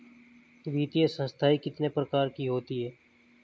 वित्तीय संस्थाएं कितने प्रकार की होती हैं?